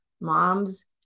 Moms